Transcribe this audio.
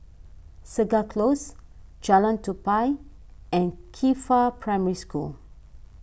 Segar Close Jalan Tupai and Qifa Primary School